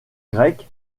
grec